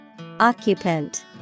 Occupant